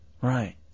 Right